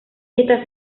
está